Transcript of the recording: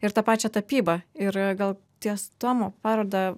ir tą pačią tapybą ir gal ties tomo paroda